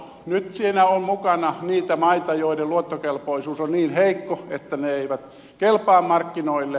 nyt siinä on mukana niitä maita joiden luottokelpoisuus on niin heikko että ne eivät kelpaa markkinoille